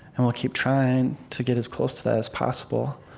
and we'll keep trying to get as close to that as possible.